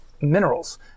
minerals